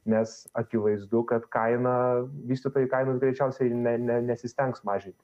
nes akivaizdu kad kainą vystytojai kainos greičiausiai ne ne nesistengs mažinti